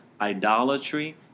idolatry